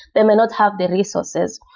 they may not have the resources.